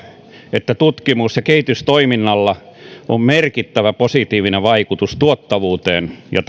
että tutkimus ja kehitystoiminnalla on merkittävä positiivinen vaikutus tuottavuuteen ja